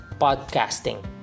podcasting